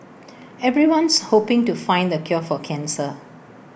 everyone's hoping to find the cure for cancer